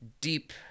deep